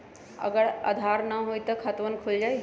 अगर आधार न होई त खातवन खुल जाई?